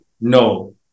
No